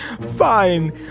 Fine